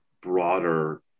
broader